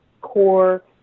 core